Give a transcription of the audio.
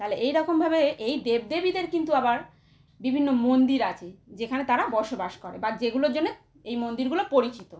তালে এই রকমভাবে এই দেব দেবীদের কিন্তু আবার বিভিন্ন মন্দির আছে যেখানে তারা বসবাস করে বা যেগুলোর জন্যে এই মন্দিরগুলো পরিচিত